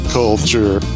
culture